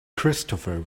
christopher